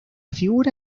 figura